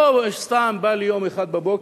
לא סתם בא לי יום אחד בבוקר,